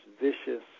vicious